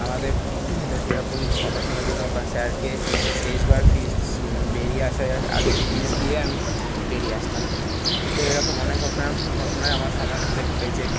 আমাদের সেরকম কথা শোনার জন্য বা স্যারকে শেষবার ফিস বেরিয়ে আসার আগে ফিস দিয়ে আমি বেরিয়ে আসতাম তো এরকম অনেক ঘটনা ঘটনাই আমার আমার সাথে ঘটেছে